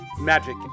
magic